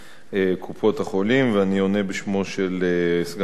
ואני עונה בשמו של סגן שר הבריאות הרב יעקב ליצמן,